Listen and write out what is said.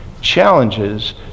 challenges